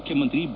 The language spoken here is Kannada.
ಮುಖ್ಯಮಂತ್ರಿ ಬಿ